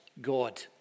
God